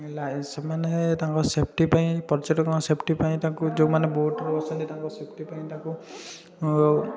ସେମାନେ ତାଙ୍କ ସେଫ୍ଟି୍ ପାଇଁ ପର୍ଯ୍ୟଟକଙ୍କ ସେଫ୍ଟି୍ ପାଇଁ ଯେଉଁ ମାନେ ବୋଟ୍ରେ ବସିଚନ୍ତି ତାଙ୍କ ବୋଟ୍ ଚଢ଼ିବା ସେଫ୍ଟି ପାଇଁ ତାଙ୍କ